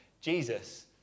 Jesus